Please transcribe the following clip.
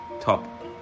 top